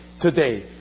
today